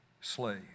slave